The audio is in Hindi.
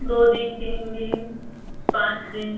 दो दिन तीन दिन पाँच दिन